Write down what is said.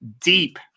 deep